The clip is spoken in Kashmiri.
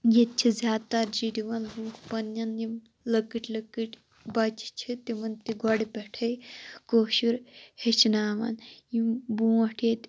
ییٚتہِ چھ زیادِ تَر پننٮ۪ن یِم لَکٕٹۍ لَکٕٹۍ بَچہِ چھِ تِمَن تہِ گۄڈٕ پٮ۪ٹھے کٲشُر ہیٚچھناوَن یِم بونٛٹھ ییٚتہِ